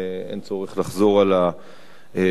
ואין צורך לחזור על הדברים.